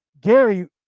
Gary